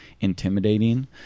intimidating